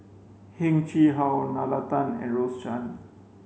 Heng Chee How Nalla Tan and Rose Chan